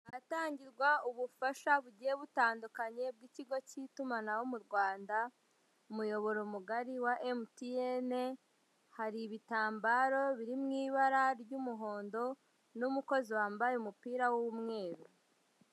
Ahatangirwa ubufasha bugiye butandukanye bw'ikigo cy'itumanaho mu Rwanda, umuyoboro mugari wa MTN, hari ibitambaro biri mu ibara ry'umuhondo n'umukozi wambaye umupira w'umweru.